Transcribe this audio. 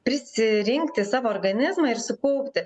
prisirinkti savo organizmą ir sukaupti